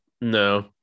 no